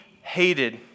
hated